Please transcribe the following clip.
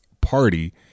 party